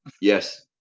Yes